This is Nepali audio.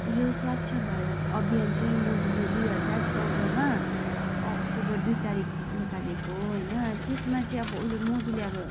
यो स्वच्छ भारत अभियान चाहिँ मोदीले दुई हजार चौधमा अक्टोबर दुई तारिख निकालेको हो होइन त्यसमा चाहिँ अब उसले मोदीले अब